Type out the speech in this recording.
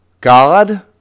God